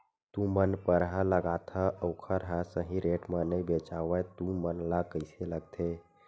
तू मन परहा लगाथव अउ ओखर हा सही रेट मा नई बेचवाए तू मन ला कइसे लगथे?